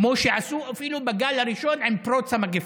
כמו שעשו אפילו בגל הראשון עם פרוץ המגפה.